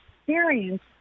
experience